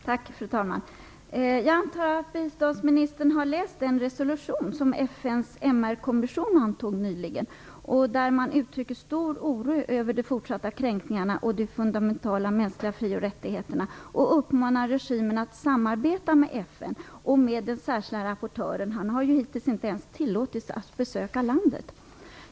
Fru talman! Jag antar att biståndsministern har läst den resolution som FN:s MR-kommission antog nyligen. Där uttrycker man stor oro över de fortsatta kränkningarna av de fundamentala mänskliga fri och rättigheterna och uppmanar regimen att samarbeta med FN och med den särskilda rapportören. Han har ju hittills inte ens tillåtits att besöka landet.